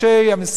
גם השר,